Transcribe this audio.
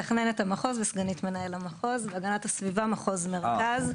המחוז וסגנית מנהל המחוז, הגנת הסביבה מחוז מרכז.